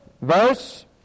verse